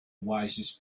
wisest